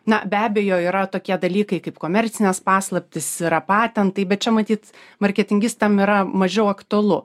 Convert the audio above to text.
na be abejo yra tokie dalykai kaip komercinės paslaptys yra patentai bet čia matyt marketingistam yra mažiau aktualu